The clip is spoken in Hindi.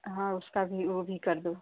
हाँ उसका भी वह भी कर दो